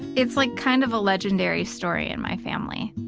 it's like kind of a legendary story in my family.